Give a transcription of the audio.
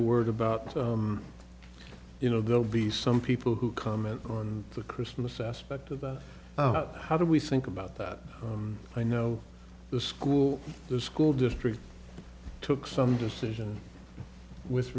a word about you know there'll be some people who comment on the christmas aspect about how do we think about that i know the school the school district took some decision with